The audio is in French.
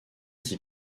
qui